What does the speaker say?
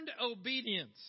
obedience